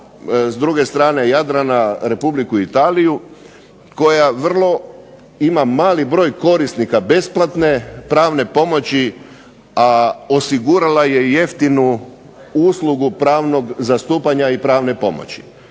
s druge strane Jadrana Republiku Italiju koja vrlo ima mali broj korisnika besplatne pravne pomoći, a osigurala je i jeftinu uslugu pravnog zastupanja i pravne pomoći.